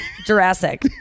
Jurassic